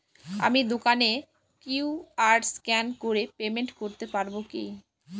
আমি দোকানে QR scan করে পেমেন্ট করতে পারবো কি?